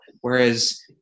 whereas